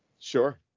Sure